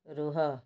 ରୁହ